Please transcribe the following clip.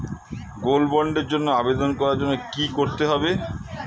Gold বন্ডের জন্য আবেদন করার জন্য কি করতে হবে?